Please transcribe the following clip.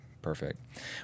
Perfect